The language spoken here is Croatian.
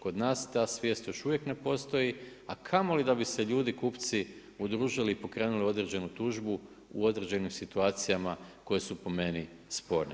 Kod nas ta svijest još uvijek ne postoji, a kamoli da bi se ljudi kupci udružili i pokrenuli određenu tužbu u određenim situacijama koje su po meni sporne.